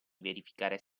verificare